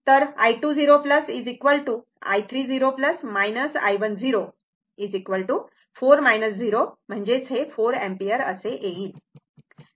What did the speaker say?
तर i20 i30 i1 4 0 4 ampere असे येईल